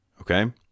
Okay